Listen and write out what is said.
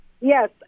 Yes